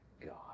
God